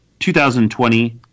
2020